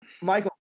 Michael